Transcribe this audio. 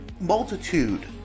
multitude